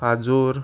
आजोर